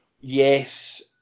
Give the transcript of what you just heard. Yes